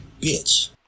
bitch